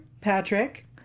Patrick